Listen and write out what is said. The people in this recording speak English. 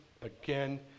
Again